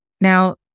Now